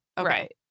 Right